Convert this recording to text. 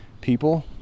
people